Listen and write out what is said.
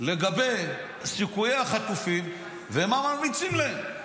לגבי סיכויי החטופים ומה ממליצים להם.